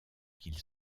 qu’il